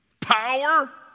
Power